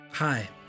Hi